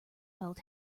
felt